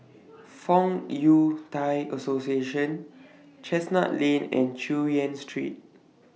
Fong Yun Thai Association Chestnut Lane and Chu Yen Street